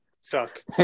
suck